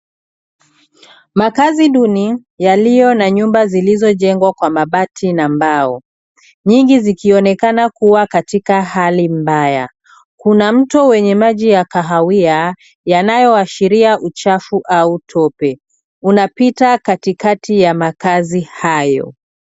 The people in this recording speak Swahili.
Makazi duni yaliyo na nyumba zilizojengwa kwa mabati na mbao, nyingi zikionekana kuwa katika hali mbaya. Kuna mto wenye maji ya kahawia, yanayoashiria uchafu au tope. Unapita katikati ya makazi hayo.